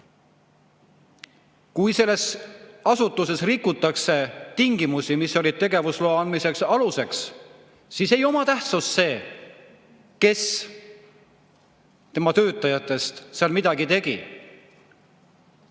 Kui selles asutuses rikutakse tingimusi, mis olid tegevusloa andmise aluseks, siis ei oma tähtsust see, kes töötajatest seal midagi tegi.